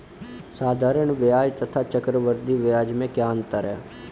साधारण ब्याज तथा चक्रवर्धी ब्याज में क्या अंतर है?